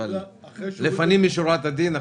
אבל לפנים משורת הדין,